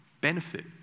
benefit